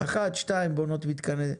אחת או שתיים בונות מתקנים.